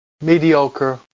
mediocre